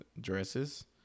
dresses